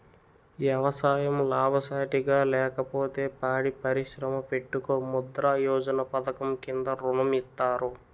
ఎవసాయం లాభసాటిగా లేకపోతే పాడి పరిశ్రమ పెట్టుకో ముద్రా యోజన పధకము కింద ఋణం ఇత్తారు